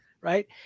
right